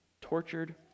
tortured